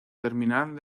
terminal